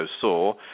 saw